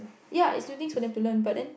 ya is new things for them to learn but then